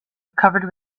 covered